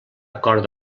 acord